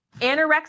Anorexia